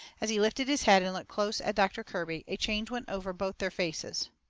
as he lifted his head and looked close at doctor kirby, a change went over both their faces.